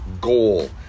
goal